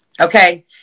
Okay